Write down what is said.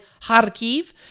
Kharkiv